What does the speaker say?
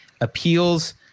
appeals